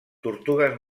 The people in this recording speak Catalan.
tortugues